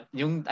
yung